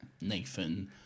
Nathan